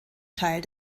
teil